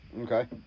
Okay